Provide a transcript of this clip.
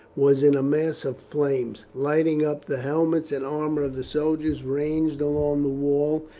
was in a mass of flames, lighting up the helmets and armour of the soldiers ranged along the wall,